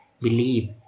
believe